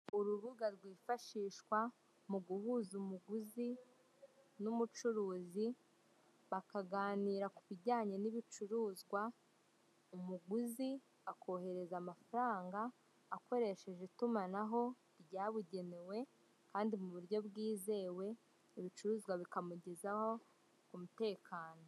Urubuga rwifashishwa mu guhuza umuguzi n'umucuruzi, bakaganira ku bijyanye n'ibicuruzwa. Umuguzi akohereza amafaranga akoresheje itumanaho ryabugenewe kandi mu buryo bwizewe, ibicuruzwa bikamugezaho ku mutekano.